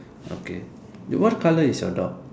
okay what color is your dog